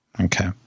Okay